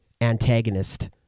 antagonist